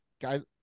guys